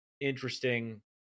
interesting